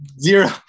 zero